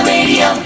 Radio